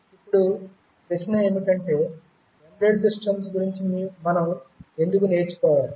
ఇప్పుడు ప్రశ్న ఏమిటంటే ఎంబెడెడ్ సిస్టమ్స్ గురించి మనం ఎందుకు నేర్చుకోవాలి